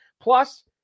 Plus